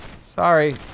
Sorry